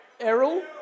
Errol